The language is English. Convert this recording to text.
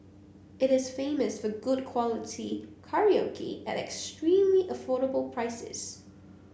it is famous for good quality karaoke at extremely affordable prices